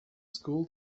school